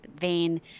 vein